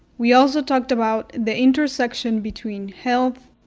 we also talked about the intersection between health,